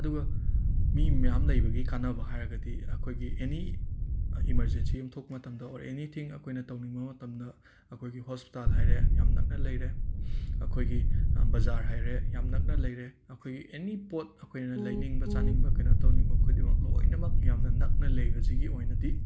ꯑꯗꯨꯒ ꯃꯤ ꯃꯌꯥꯝ ꯂꯩꯕꯒꯤ ꯀꯥꯟꯅꯕ ꯍꯥꯏꯔꯒꯗꯤ ꯑꯩꯈꯣꯏꯒꯤ ꯑꯦꯅꯤ ꯏꯃꯔꯖꯦꯟꯁꯤ ꯑꯃ ꯊꯣꯛꯄ ꯃꯇꯝꯗ ꯑꯣꯔ ꯑꯦꯅꯤꯊꯤꯡ ꯑꯩꯈꯣꯏꯅ ꯇꯧꯅꯤꯡꯕ ꯃꯇꯝꯗ ꯑꯩꯈꯣꯏꯒꯤ ꯍꯣꯁꯄꯤꯇꯥꯜ ꯍꯥꯏꯔꯦ ꯌꯥꯝ ꯅꯛꯅ ꯂꯩꯔꯦ ꯑꯩꯈꯣꯏꯒꯤ ꯕꯖꯥꯔ ꯍꯥꯏꯔꯦ ꯌꯥꯝ ꯅꯛꯅ ꯂꯩꯔꯦ ꯑꯩꯈꯣꯏꯒꯤ ꯑꯅꯤ ꯄꯣꯠ ꯑꯈꯣꯏꯅ ꯂꯩꯅꯤꯡꯕ ꯆꯥꯅꯤꯡꯕ ꯀꯩꯅꯣ ꯇꯧꯅꯤꯡꯕ ꯈꯨꯗꯤꯡꯃꯛ ꯂꯣꯏꯅꯃꯛ ꯌꯥꯝꯅ ꯅꯛꯅ ꯂꯩꯕꯁꯤꯒꯤ ꯑꯣꯏꯅꯗꯤ